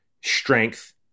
strength